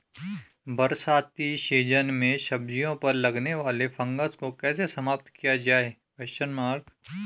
बरसाती सीजन में सब्जियों पर लगने वाले फंगस को कैसे समाप्त किया जाए?